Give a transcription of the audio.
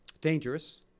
Dangerous